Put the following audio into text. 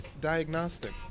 diagnostic